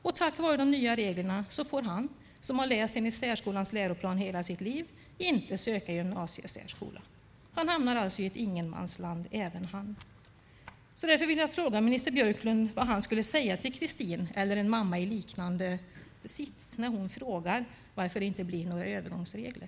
På grund av de nya reglerna får han, som hela sitt liv läst enligt särskolans läroplan, inte söka gymnasiesärskola. Även han hamnar alltså i ett ingenmansland. Därför vill jag fråga minister Björklund vad han skulle säga till Kristin eller till en mamma i en liknande sits när hon frågar varför det inte blir några övergångsregler.